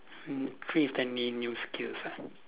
in~ instantly new skills ah